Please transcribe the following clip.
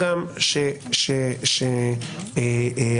גם שיועברו רשימת החומרים,